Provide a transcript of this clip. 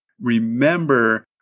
remember